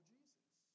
Jesus